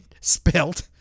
spelt